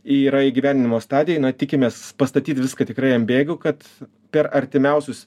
yra įgyvendinimo stadijoj na tikimės pastatyt viską tikrai ant bėgių kad per artimiausius